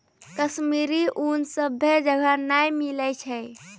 कश्मीरी ऊन सभ्भे जगह नै मिलै छै